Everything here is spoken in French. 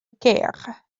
caire